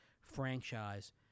franchise